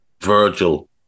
Virgil